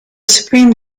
supreme